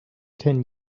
ten